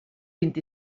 vint